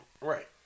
Right